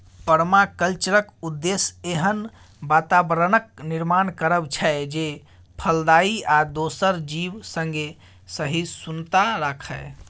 परमाकल्चरक उद्देश्य एहन बाताबरणक निर्माण करब छै जे फलदायी आ दोसर जीब संगे सहिष्णुता राखय